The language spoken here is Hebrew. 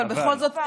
אבל בכל זאת,